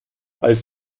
als